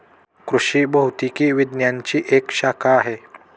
कृषि भौतिकी विज्ञानची एक शाखा आहे